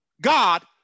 God